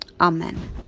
amen